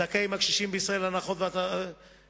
זכאים הקשישים בישראל להנחות והטבות,